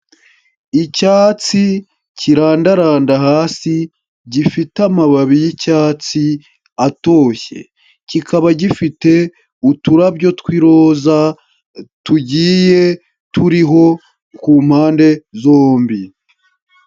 Icyatsi kirandaranda hasi, gifite amababi y'icyatsi atoshye, kikaba gifite uturabyo tw'iroza tugiye turiho ku mpande zombi.